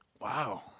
Wow